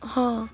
ହଁ